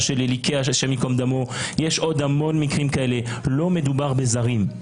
לא מדובר בזרים.